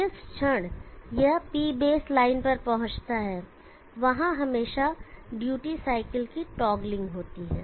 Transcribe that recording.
जिस क्षण यह P बेस लाइन पर पहुंचता है वहां हमेशा ड्यूटी साइकिल की टॉगलिंग होती है